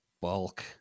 bulk